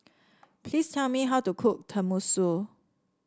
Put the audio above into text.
please tell me how to cook Tenmusu